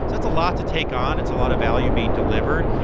that's a lot to take on. it's a lot of value being delivered,